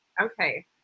Okay